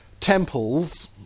temples